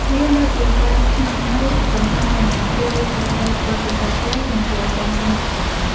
វាលើសពីការស្នាក់នៅកម្សាន្តធម្មតា ព្រោះវាផ្ដល់នូវបទពិសោធន៍ប្លែក និងគួរឱ្យចងចាំពិតប្រាកដ។